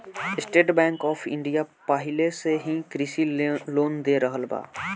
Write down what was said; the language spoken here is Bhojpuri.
स्टेट बैंक ऑफ़ इण्डिया पाहिले से ही कृषि लोन दे रहल बा